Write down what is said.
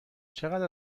چقدر